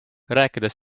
rääkides